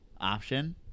option